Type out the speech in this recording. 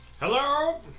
Hello